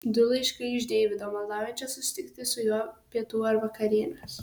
du laiškai iš deivido maldaujančio susitikti su juo pietų ar vakarienės